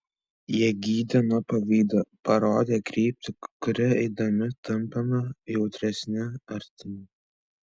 jie gydė nuo pavydo parodė kryptį kuria eidami tampame jautresni artimui